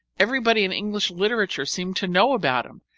everybody in english literature seemed to know about him,